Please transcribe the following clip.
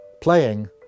playing